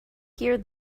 here